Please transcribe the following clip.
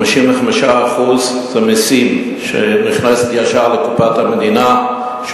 55% זה מסים, שנכנסים ישר לקופת המדינה.